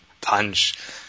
Punch